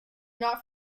not